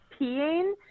peeing